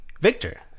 Victor